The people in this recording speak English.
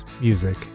music